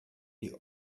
die